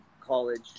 college